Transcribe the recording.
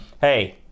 hey